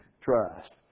trust